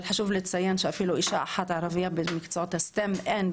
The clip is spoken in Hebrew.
חשוב לציין שאפילו אישה אחת ערביה במקצועות הSTEM- אין,